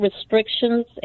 restrictions